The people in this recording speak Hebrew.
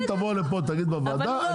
אם תבוא לפה ותגיד בוועדה,